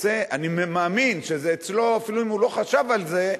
אני מאמין שזה אצלו אפילו אם הוא לא חשב על זה,